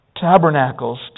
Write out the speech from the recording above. Tabernacles